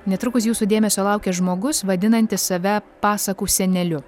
netrukus jūsų dėmesio laukia žmogus vadinantis save pasakų seneliu